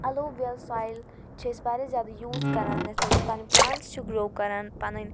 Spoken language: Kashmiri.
الوویل سۄیل چھِ أسۍ واریاہ زیادٕ یوٗز کران یتھ مَنٛز أسۍ پَنٕنۍ پلانٹٕس چھِ گرٛو کران پَنٕنۍ